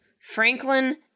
Franklin